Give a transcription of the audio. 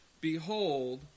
Behold